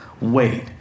wait